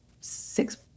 six